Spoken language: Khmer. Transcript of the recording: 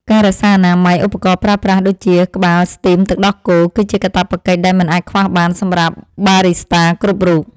ការរក្សាអនាម័យឧបករណ៍ប្រើប្រាស់ដូចជាក្បាលស្ទីមទឹកដោះគោ គឺជាកាតព្វកិច្ចដែលមិនអាចខ្វះបានសម្រាប់បារីស្តាគ្រប់រូប។